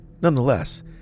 nonetheless